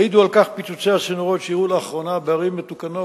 יעידו על כך פיצוצי הצינורות שהיו לאחרונה בערים מתוקנות